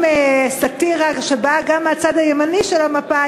סאטירה שבאה גם מהצד הימני של המפה,